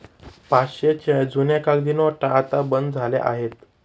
पाचशेच्या जुन्या कागदी नोटा आता बंद झाल्या आहेत